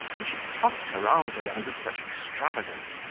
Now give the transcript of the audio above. and she tossed her arms around with such extravagance,